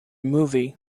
movie